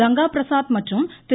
கங்காபிரசாத் மற்றும் திரு